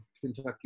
Kentucky